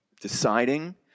deciding